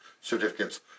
certificates